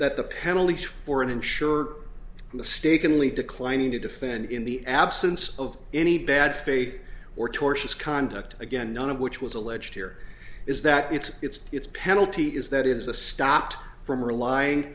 that the penalties for an insurer mistakenly declining to defend in the absence of any bad faith or tortuous conduct again none of which was alleged here is that it's it's it's penalty is that is a stopped from rely